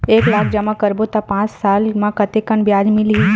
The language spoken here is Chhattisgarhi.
एक लाख जमा करबो त पांच साल म कतेकन ब्याज मिलही?